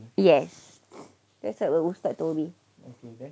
yes that's what my ustaz told me